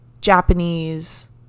Japanese